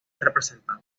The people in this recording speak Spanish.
representante